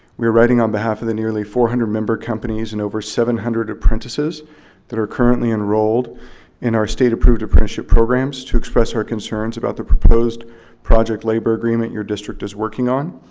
we are writing on behalf of the nearly four hundred member companies, and over seven hundred apprentices that are currently enrolled in our state approved apprenticeship programs, to express our concerns about the proposed project labor agreement your district is working on.